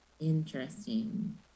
Interesting